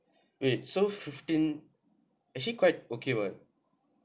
wait so fifteen actually quite okay [what] fifteen K_M